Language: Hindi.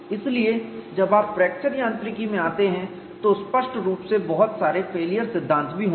इसलिए जब आप फ्रैक्चर यांत्रिकी में आते हैं तो स्पष्ट रूप से बहुत सारे फेलियर सिद्धांत भी होंगे